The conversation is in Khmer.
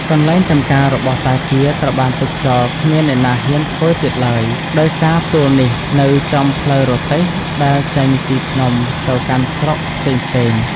កន្លែងចម្ការរបស់តាជាត្រូវបានទុកចោលគ្មានអ្នកណាហ៊ានធ្វើទៀតឡើយ ដោយសារទួលនេះនៅចំផ្លូវរទេះដែលចេញពីភ្នំទៅកាន់ស្រុកផ្សេងៗ ។